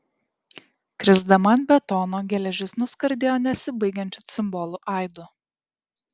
krisdama ant betono geležis nuskardėjo nesibaigiančiu cimbolų aidu